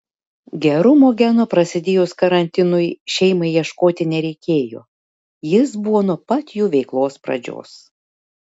gerumo geno prasidėjus karantinui šeimai ieškoti nereikėjo jis buvo nuo pat jų veiklos pradžios